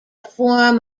form